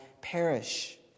perish